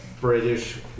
british